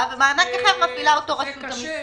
ומענק אחר מפעילה אותו רשות המיסים.